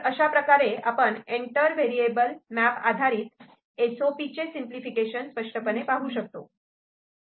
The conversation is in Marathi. अशाप्रकारे आपण एंटर व्हेरिएबल मॅप आधारित एस ओ पी चे सिंपलिफिकेशन स्पष्टपणे पाहू शकतात